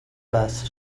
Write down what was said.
best